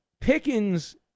Pickens